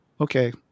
okay